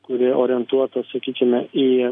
kuri orientuota sakykime į